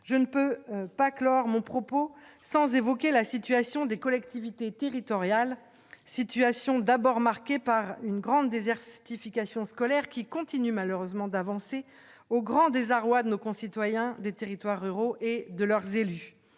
je ne peux pas clore mon propos sans évoquer la situation des collectivités territoriales, situation d'abord marquée par une grande désertification scolaire qui continue malheureusement d'avancer au grand désarroi de nos concitoyens des territoires ruraux et de leurs élus,